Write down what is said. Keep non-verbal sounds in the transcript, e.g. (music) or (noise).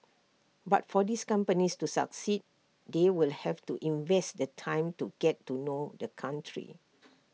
but for these companies to succeed they will have to invest the time to get to know the country (noise)